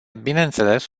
bineînțeles